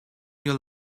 your